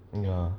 ya